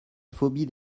phobie